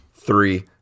three